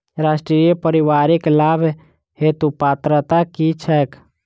राष्ट्रीय परिवारिक लाभ हेतु पात्रता की छैक